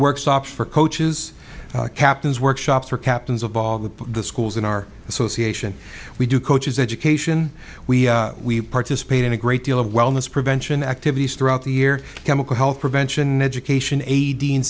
workshops for coaches captains workshops or captains of all the schools in our association we do coaches education we participate in a great deal of wellness prevention activities throughout the year chemical health prevention education a